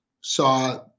saw